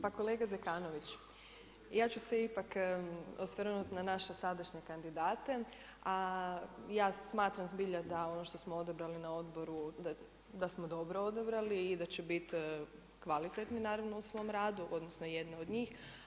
Pa kolega Zekanović, ja ću se ipak osvrnuti na naše sadašnje kandidate, a ja smatram zbilja da ono što smo odabrali na odboru da smo dobro odabrali i da će biti kvalitetni u svom radu odnosno jedna od njih.